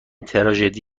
تراژدی